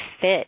fit